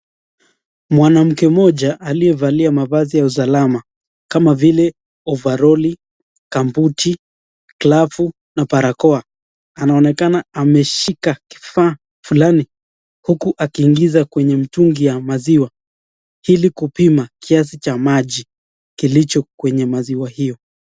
Mwanamke mmoja aliyevalia mavazi ya usalama kama vile ovaroli , gambuti , glavu na barakoa . Anaonekana ameshika kifaa fulani huku akiingiza kwenye mutungi ya maziwa ili kupima kiasi cha maji kilicho kwenye maziwa hiyo.